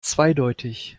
zweideutig